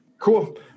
Cool